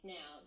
Now